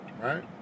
Right